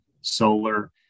solar